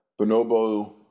bonobo